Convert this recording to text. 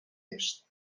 est